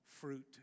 fruit